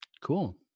Cool